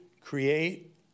create